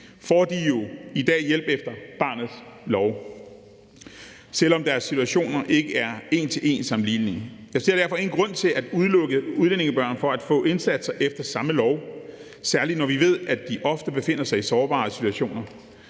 få de jo i dag hjælp efter barnets lov, selv om deres situationer ikke er en til en sammenlignelige. Jeg ser derfor ingen grund til at udelukke udlændingebørn fra at få indsatser efter samme lov, særlig når vi ved, at de ofte befinder sig i sårbare situationer.